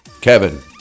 Kevin